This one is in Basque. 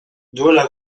duela